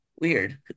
weird